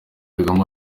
kagame